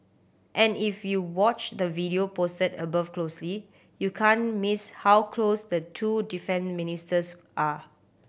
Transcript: and if you watch the video posted above closely you can't miss how close the two defence ministers are